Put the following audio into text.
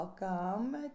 Welcome